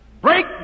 Break